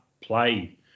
play